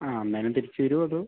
ആ അന്നേരം തിരിച്ചു വരുമോ അതോ